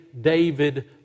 David